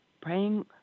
praying